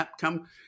come